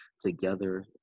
together